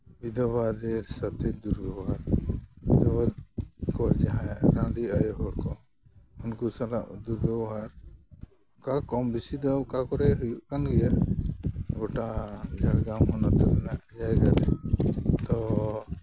ᱵᱤᱫᱷᱚᱵᱟᱫᱮᱨ ᱥᱟᱛᱷᱮ ᱫᱩᱨᱼᱵᱮᱵᱚᱦᱟᱨ ᱱᱩᱠᱩ ᱡᱟᱦᱟᱸᱭ ᱨᱟᱺᱰᱤ ᱟᱭᱚ ᱦᱚᱲ ᱠᱚ ᱩᱱᱠᱩ ᱥᱟᱞᱟᱜ ᱫᱩᱨᱼᱵᱮᱵᱚᱦᱟᱨ ᱚᱱᱠᱟ ᱠᱚᱢ ᱵᱤᱥᱤ ᱫᱚ ᱚᱠᱟ ᱠᱚᱨᱮ ᱦᱩᱭᱩᱜ ᱠᱟᱱ ᱜᱮᱭᱟ ᱜᱚᱴᱟ ᱡᱷᱟᱲᱜᱨᱟᱢ ᱦᱚᱱᱚᱛ ᱨᱮᱱᱟᱜ ᱡᱟᱭᱜᱟ ᱫᱚ ᱛᱚ